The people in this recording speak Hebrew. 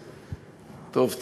טוב,